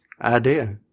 idea